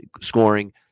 scoring